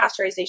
pasteurization